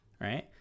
right